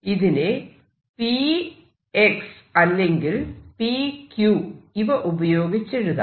ഇതിനെ p x അല്ലെങ്കിൽ p q ഇവ ഉപയോഗിച്ചെഴുതാം